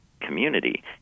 community